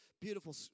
beautiful